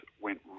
went